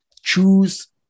choose